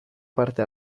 parte